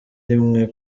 rimwe